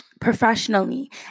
professionally